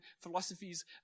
philosophies